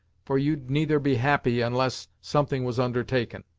for you'd neither be happy, unless something was undertaken.